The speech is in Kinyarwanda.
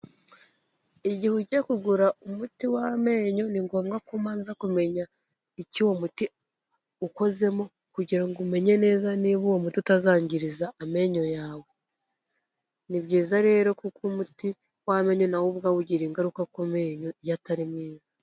Igihe ujya kugura umuti w'amenyo ni ngombwa ko ubanza kumenya icyo uwo muti ukozemo, kugira ngo umenye neza niba uwo muti utazangiriza amenyo yawe, ni byiza rero kuko umuti w'amenyo nawo ubwawo ugira ingaruka ku menyo iyo atari mwiza.